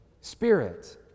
Spirit